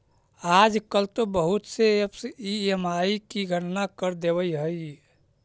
आजकल तो बहुत से ऐपस ई.एम.आई की गणना कर देवअ हई